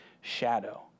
shadow